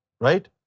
right